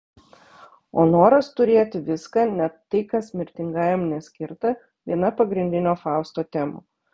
o noras turėti viską net tai kas mirtingajam neskirta viena pagrindinių fausto temų